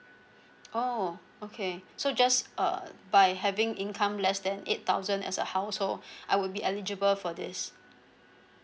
oh okay so just uh by having income less than eight thousand as a household I would be eligible for this